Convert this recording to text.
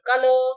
color